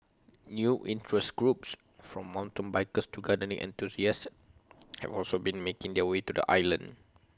new interest groups from mountain bikers to gardening enthusiasts have also been making their way to the island